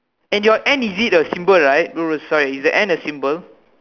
and your and is it the symbol right no no sorry is the and a symbol